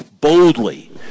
Boldly